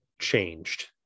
Changed